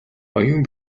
оюун